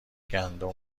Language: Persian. گندم